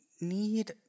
need